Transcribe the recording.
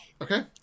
Okay